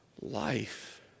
life